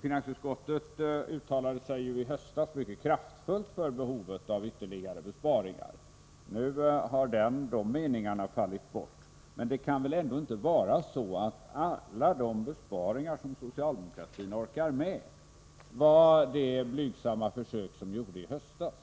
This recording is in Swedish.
Finansutskottet uttalade sig ju i höstas mycket kraftfullt för behovet av ytterligare besparingar. Nu har de meningarna fallit bort, men det kan väl ändå inte vara så att allt i fråga om besparingar som socialdemokratin orkar med var de blygsamma försök som gjordes i höstas.